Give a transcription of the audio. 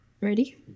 Ready